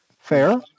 fair